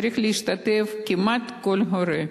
צריך להשתתף כמעט כל הורה,